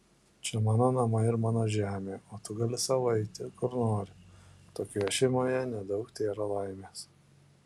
čia mano namai ir mano žemė o tu gali sau eiti kur nori tokioje šeimoje nedaug tėra laimės